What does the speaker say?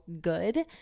good